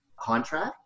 contract